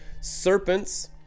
serpents